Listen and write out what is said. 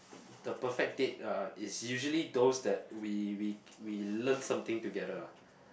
the perfect date uh is usually those that we we we learn something together ah